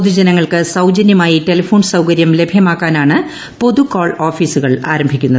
പൊതുജനങ്ങൾക്ക് സൌജന്യമായി പ്പിട്ട്ലിഫോൺ സൌകര്യം ലഭ്യമാക്കാനാണ് പൊതു കോശ്ശ് ക്ടാഫീസുകൾ ആരംഭിക്കുന്നത്